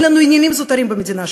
אין לנו עניינים זוטרים במדינה שלנו,